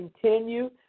continue